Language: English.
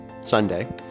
Sunday